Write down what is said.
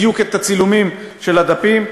בדיוק את הצילומים של הדפים.